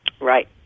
Right